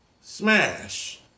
smash